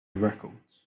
records